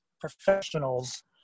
professionals